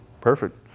Perfect